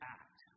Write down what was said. act